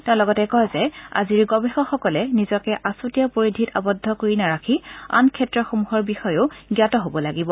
তেওঁ লগতে কয় যে আজিৰ গৱেষকসকলে নিজকে আছুতীয়া পৰিধিত আৱদ্ধ কৰি নাৰাখি আন ক্ষেত্ৰসমূহৰ বিষয়েও জ্ঞাত হ'ব লাগিব